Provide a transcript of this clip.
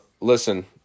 Listen